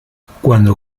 cuando